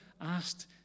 asked